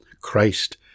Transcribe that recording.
Christ